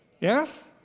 Yes